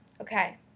okay